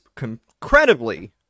incredibly